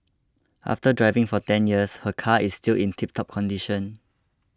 after driving for ten years her car is still in tiptop condition